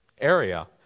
area